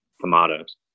Tomatoes